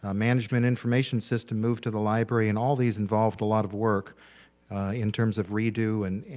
ah management information system moved to the library and all these involved a lot of work in terms of redo and